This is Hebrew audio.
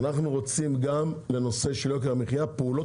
אנחנו רוצים גם פעולות מיידיות בנושא של יוקר המחיה,